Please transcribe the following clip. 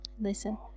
Listen